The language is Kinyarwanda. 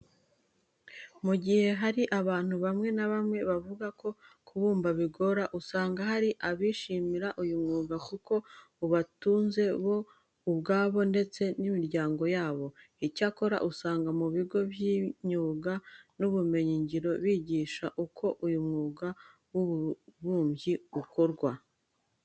Mu gihe hari abantu bamwe na bamwe bavuga ko kubumba bigora, usanga hari abishimira uyu mwuga kuko ubatunze bo ubwabo ndetse n'imiryango yabo. Icyakora usanga mu bigo by'imyuga n'ubumenyingiro bigisha uko uyu mwuga w'ububumbyi ukorwa.